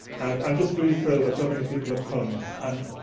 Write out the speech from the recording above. i'm just really thrilled that so many people have come. and